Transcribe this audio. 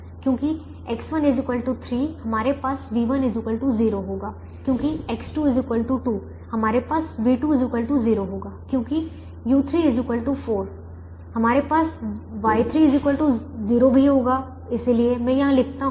क्योंकि X1 3 हमारे पास v1 0 होगा क्योंकि X2 2 हमारे पास v2 0 होगा क्योंकि u3 4 हमारे पास Y3 0 भी होगा इसलिए मैं यहां लिखता हूं